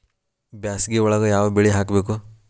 ಬ್ಯಾಸಗಿ ಒಳಗ ಯಾವ ಬೆಳಿ ಹಾಕಬೇಕು?